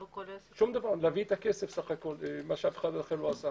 צוערים בכל הרשויות המקומיות בהיקפים גדולים.